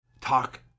talk